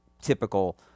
typical